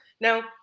Now